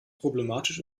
problematisch